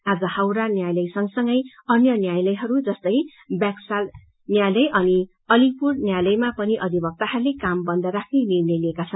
आज हावड़ा न्याालयसंगसंगै अन्य न्यायालयह जस्तै व्यांकसाल न्यायालय अनि अलिपुर न्यायालयमा पनि अधिक्ताहरूले काम बन्द राख्ने निर्णय लिएका छन्